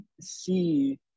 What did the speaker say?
see